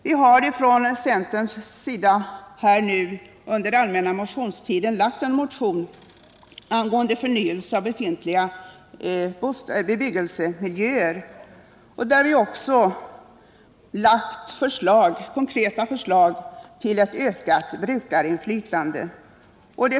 Vi har från centerhåll under den allmänna motionstiden väckt en motion angående förnyelse av befintliga bebyggelsemiljöer, där vi också lagt fram konkreta förslag till ett ökat brukarinflytande.